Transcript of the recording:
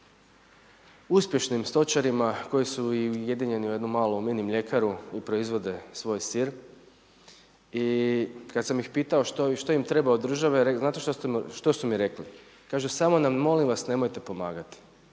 sa uspješnim stočarima koji su ujedinjeni u jednu malu mini mljekaru i proizvode svoj sir i kada sam ih pitao što im treba od države, znate što su mi rekli. Kažu – samo nam molim vas nemojte pomagati.